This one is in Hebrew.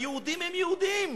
"היהודים הם יהודים.